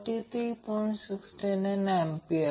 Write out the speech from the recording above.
तर ते ω L V√R 2 Lω ω C2 असेल